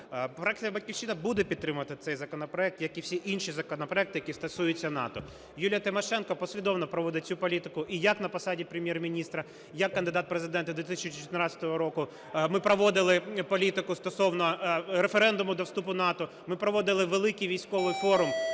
Фракція "Батьківщина" буде підтримувати цей законопроект, як і всі інші законопроекти, які стосуються НАТО. Юлія Тимошенко послідовно проводить цю політику, і як на посаді Прем'єр-міністра, як кандидат в Президенти 2014 року, ми проводили політику стосовно референдуму до вступу в НАТО, ми проводили великий військовий форум,